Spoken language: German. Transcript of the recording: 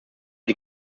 die